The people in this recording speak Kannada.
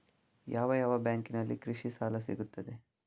ಯಾವ ಯಾವ ಬ್ಯಾಂಕಿನಲ್ಲಿ ಕೃಷಿ ಸಾಲ ಸಿಗುತ್ತದೆ?